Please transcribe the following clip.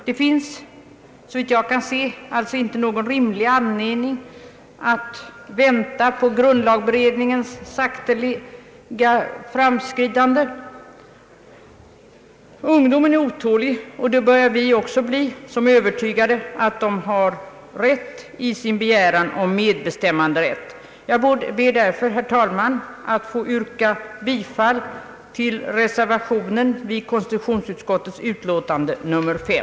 Det finns alltså, såvitt jag kan se, inte någon rimlig anledning att vänta på grundlagberedningens sakteliga framskridande. Ungdomen är otålig, och det börjar vi också bli som är övertygade om att de unga har rätt i sin begäran om medbestämmanderätt. Jag ber därför, herr talman, att få yrka bifall till reservationen vid konstitutionsutskottets utlåtande nr 5.